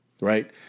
Right